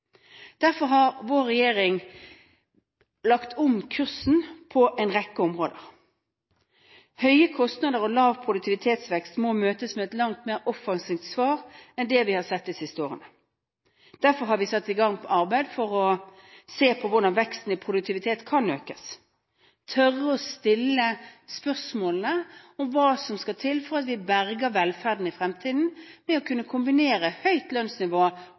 Derfor har vår regjering lagt om kursen på en rekke områder. Høye kostnader og lav produktivitetsvekst må møtes med et langt mer offensivt svar enn det vi har sett de siste årene. Derfor har vi satt i gang et arbeid for å se på hvordan veksten i produktivitet kan økes, tørre å stille spørsmålene om hva som skal til for at vi berger velferden i fremtiden ved å kunne kombinere høyt lønnsnivå